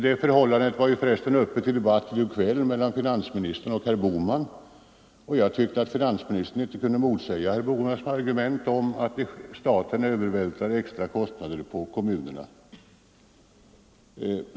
Det förhållandet var förresten uppe till debatt i går kväll mellan finansministern och herr Bohman Jag tyckte att finansministern inte kunde motsäga herr Bohmans argument om att staten övervältrar extra kostnader på kommunerna.